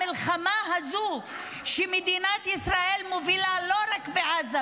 המלחמה הזו שמדינת ישראל מובילה לא רק בעזה,